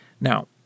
Now